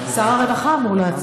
נראה לי